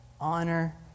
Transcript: honor